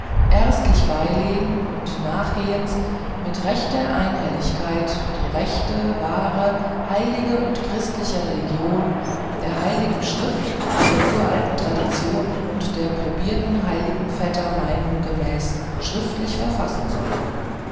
erstlich beilegen und nachgehends mit rechter einhelligkeit die rechte wahre heilige und christliche religion der hl schrift der uralten tradition und der probierten hl vätter meinung gemäß schriftlich verfassen sollen